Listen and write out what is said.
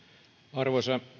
arvoisa